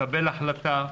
לקבל החלטה,